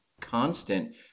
constant